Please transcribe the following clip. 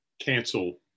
cancel